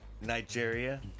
Nigeria